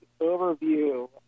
overview